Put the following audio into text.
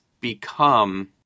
become